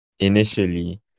Initially